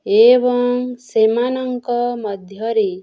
ଏବଂ ସେମାନଙ୍କ ମଧ୍ୟରେ